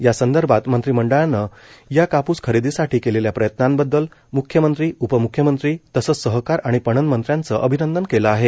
या संदर्भात मंत्रिमंडळानं या काप्स खरेदीसाठी केलेल्या प्रयत्नांबद्दल म्ख्यमंत्री उपम्ख्यमंत्री तसंच सहकार आणि पणन मंत्र्यांचं अभिनंदन केलं आहे